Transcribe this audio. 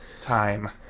time